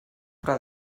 però